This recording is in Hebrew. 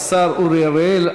השר אורי אריאל,